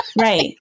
right